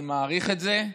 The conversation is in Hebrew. אני מעריך את זה.